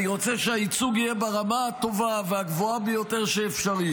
אני רוצה שהייצוג יהיה ברמה הטובה והגבוהה ביותר שאפשר.